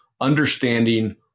understanding